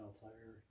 player